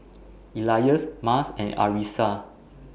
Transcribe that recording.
Elyas Mas and Arissa